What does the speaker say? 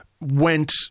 went